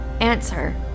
Answer